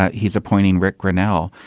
he's appointing rick grenell,